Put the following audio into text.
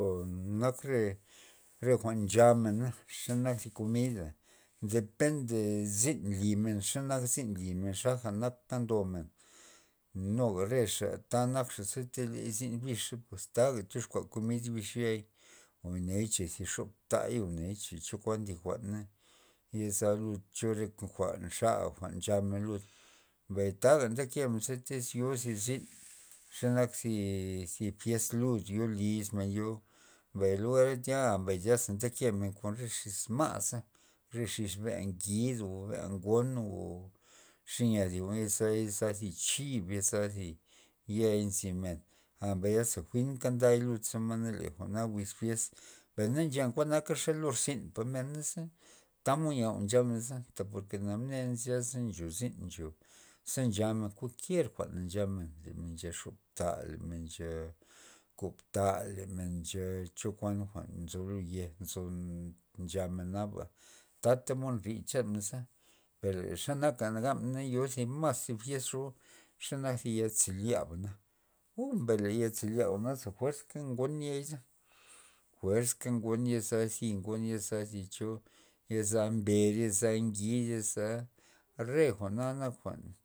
Nak re- re jwa'n nchamena xa nak thi komida depende zyn nlimen xe nak nlimen xaja nak pa ndomen nuga rexa ta nakxa ze zyn bixa pues taga tyoxkua komid bix yaiy goney cha thi xob ta'y goney cha jwa'na yozal lud cho lud jwa'n xala jwa'n nchamen men lud mbay taga ndekemen lud izyo thi zyn xenak zi- zi fies lud yo lismen yo mbay lugara tya zyaza nkemen kon re xis ma'za re xis bea ngid o bea' ngon nu xenya taya zi chib yoza thi yai zi men a maya aza jwinka nda nd elud za jwa'na wiz fiest per na nchen kauana lud zynpa menaza tamod nya jwa'n nchamen za por ke na mnen zya ze ncho zyn ncho ze nchamen kuakier jwa'na nchamen men ncha xob ta le men ncha kob ta le men ncho kuan jea'n nzo yej nzo nchamen naba tata mod nrid chanmen per le xe nak gabmen na yo zi mas thi xenak thi ya zelyaba uu per le ya zelya jwa'na fuerska ngon ya iza fuerz ka ngon yo za thi ngon yoza cho yeza mber yeza ngid yeza re jwa'na nak jwa'n